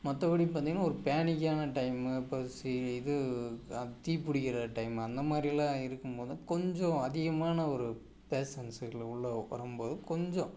மற்றபடி பார்த்திங்கன்னா ஒரு பேனிக்கான டைமு இப்போ சே இது தீ பிடிக்கற டைமு அந்த மாதிரியெல்லாம் இருக்கும் போது கொஞ்சம் அதிகமான ஒரு பேஸண்ட்ஸ் இதில் உள்ள வரும் போது கொஞ்சம்